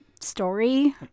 Story